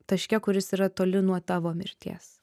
taške kuris yra toli nuo tavo mirties